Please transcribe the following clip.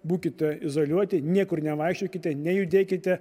būkite izoliuoti niekur nevaikščiokite nejudėkite